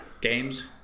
Games